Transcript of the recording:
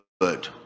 good